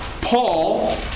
Paul